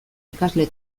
ikasle